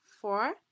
four